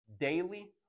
daily